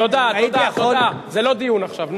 תודה, תודה, תודה, זה לא דיון עכשיו.